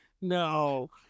No